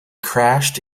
crashed